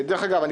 אגב,